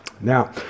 Now